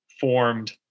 formed